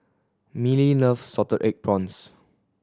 Mellie loves salted egg prawns